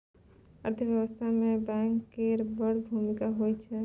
अर्थव्यवस्था मे बैंक केर बड़ भुमिका होइ छै